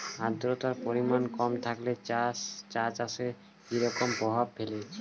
আদ্রতার পরিমাণ কম থাকলে চা চাষে কি রকম প্রভাব ফেলে?